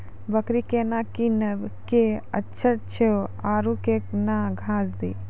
बकरी केना कीनब केअचछ छ औरू के न घास दी?